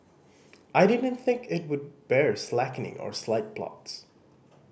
I didn't think it would bear slackening or side plots